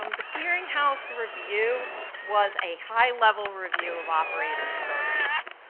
um the clearinghouse review was a high level review of operators programs.